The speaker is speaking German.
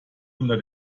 unter